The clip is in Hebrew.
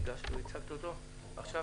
עכשיו